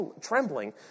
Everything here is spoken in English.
trembling